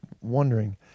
wondering